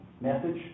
message